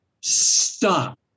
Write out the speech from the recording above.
Stop